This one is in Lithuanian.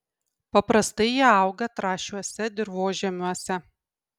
paprastai jie auga trąšiuose dirvožemiuose